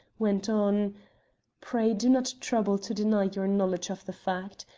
went on pray do not trouble to deny your knowledge of the fact.